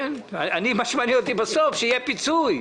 שמעניין אותי בסוף, שיהיה פיצוי.